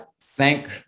thank